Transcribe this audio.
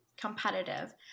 competitive